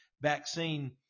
vaccine